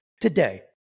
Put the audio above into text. today